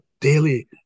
daily